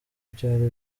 byari